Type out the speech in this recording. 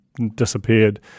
Disappeared